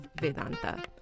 Vedanta